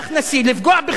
לפגוע בכבודו,